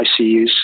ICUs